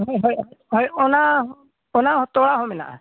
ᱦᱳᱭ ᱦᱳᱭ ᱦᱳᱭ ᱚᱱᱟ ᱦᱚᱸ ᱚᱱᱟ ᱦᱚᱸ ᱛᱚᱲᱟ ᱦᱚᱸ ᱢᱮᱱᱟᱜᱼᱟ